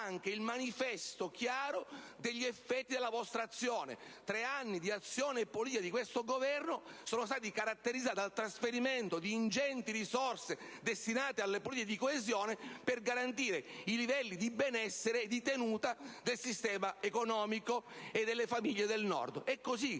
il manifesto chiaro degli effetti della vostra azione: tre anni di azione politica di questo Governo sono stati caratterizzati dal trasferimento di ingenti risorse destinate alle politiche di coesione per garantire i livelli di benessere e di tenuta del sistema economico e delle famiglie del Nord.